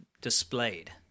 displayed